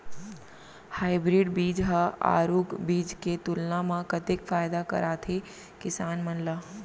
Hybrid बीज हा आरूग बीज के तुलना मा कतेक फायदा कराथे किसान मन ला?